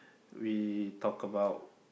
we talk about